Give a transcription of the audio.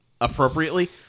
appropriately